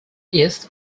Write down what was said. east